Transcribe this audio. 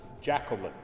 Jacqueline